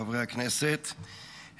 חברי הכנסת,